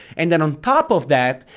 and then on top of that,